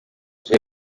jay